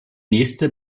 nächste